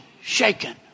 shaken